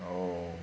oh